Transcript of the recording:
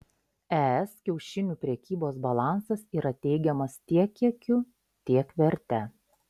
es kiaušinių prekybos balansas yra teigiamas tiek kiekiu tiek verte